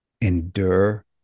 endure